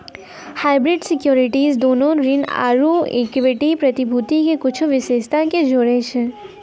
hybrid securities दोनो ऋण आरु इक्विटी प्रतिभूति के कुछो विशेषता के जोड़ै छै